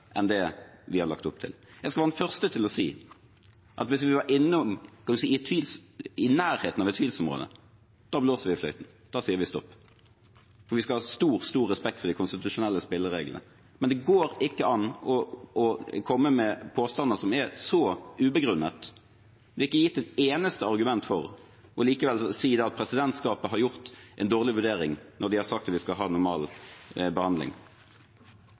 enn det vi har lagt opp til? Jeg skal være den første til å si at hvis vi var i nærheten av et tvilsområde, da blåser vi i fløyten – da sier vi stopp, for vi skal ha stor, stor respekt for de konstitusjonelle spillereglene. Men det går ikke an å komme med påstander som er så ubegrunnet. Det er ikke gitt ett eneste argument for. Likevel sier man at presidentskapet har gjort en dårlig vurdering når de har sagt at vi skal ha normal behandling.